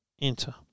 enter